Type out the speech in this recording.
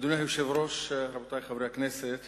אדוני היושב-ראש, רבותי חברי הכנסת,